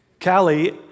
Callie